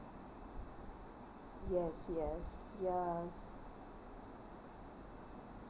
yes yes yes